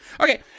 Okay